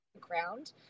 ground